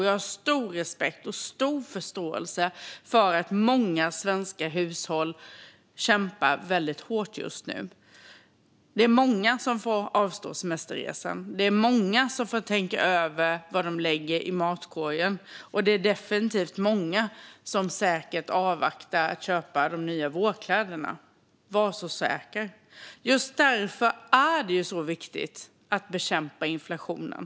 Jag har stor respekt och förståelse för att många svenska hushåll kämpar väldigt hårt nu. Många får avstå från semesterresan. Många får tänka över vad de lägger i kundkorgen. Det är definitivt många som avvaktar med att köpa nya vårkläder. Var så säker! Därför är det så viktigt att bekämpa inflationen.